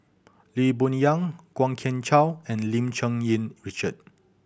Lee Boon Yang Kwok Kian Chow and Lim Cherng Yih Richard